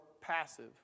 passive